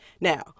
Now